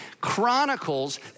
chronicles